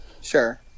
Sure